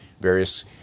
various